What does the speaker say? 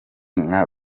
nka